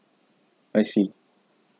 I see